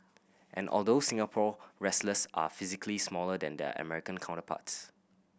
and although Singapore wrestlers are physically smaller than their American counterparts